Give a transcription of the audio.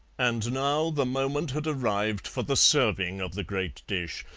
and now the moment had arrived for the serving of the great dish,